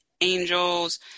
angels